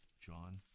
John